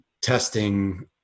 testing